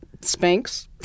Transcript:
Spanx